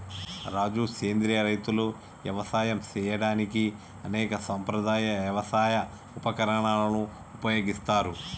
రాజు సెంద్రియ రైతులు యవసాయం సేయడానికి అనేక సాంప్రదాయ యవసాయ ఉపకరణాలను ఉపయోగిస్తారు